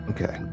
Okay